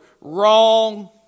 Wrong